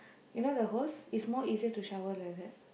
you know the hose is more easier to shower like that